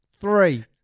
Three